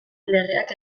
legeak